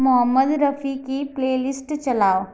मोहम्मद रफ़ी की प्लेलिस्ट चलाओ